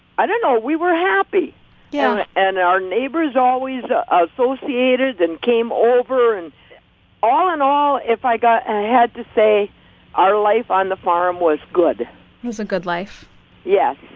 i don't know. we were happy yeah and our neighbors always associated and came over. and all in all, if i got i had to say our life on the farm was good it was a good life yeah